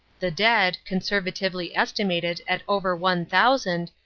the dead, conservatively estimated at over one thousand,